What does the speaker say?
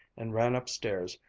and ran upstairs,